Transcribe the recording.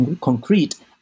concrete